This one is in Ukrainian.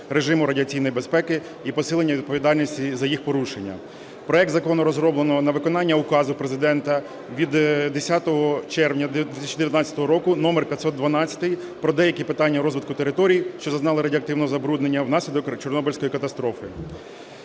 режиму радіаційної безпеки і посилення відповідальності за їх порушення. Проект закону розроблено на виконання Указу Президента від 10 червня 2019 року № 512 "Про деякі питання розвитку територій, що зазнали радіоактивного забруднення внаслідок Чорнобильської катастрофи".